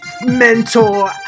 mentor